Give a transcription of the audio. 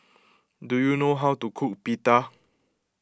do you know how to cook Pita